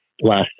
last